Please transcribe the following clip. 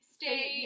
stay